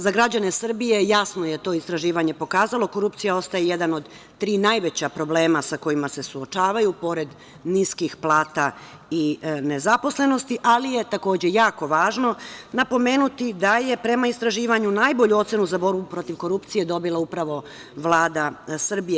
Za građane Srbije jasno je to istraživanje pokazalo, korupcija ostaje jedan od tri najveća problema sa kojima se suočavaju, pored niskih plata i nezaposlenosti, ali je takođe jako važno napomenuti da je, prema istraživanju, najbolju ocenu za borbu protiv korupcije dobila upravo Vlada Srbije.